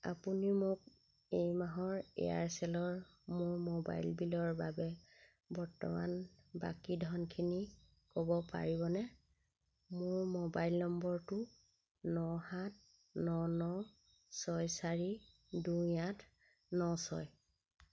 আপুনি মোক এই মাহৰ এয়াৰচেলৰ মোৰ মোবাইল বিলৰ বাবে বৰ্তমান বাকী ধনখিনি ক'ব পাৰিবনে মোৰ মোবাইল নম্বৰটো ন সাত ন ন ছয় চাৰি দুই আঠ ন ছয়